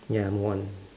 ya move on